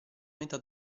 metà